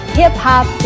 hip-hop